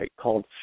called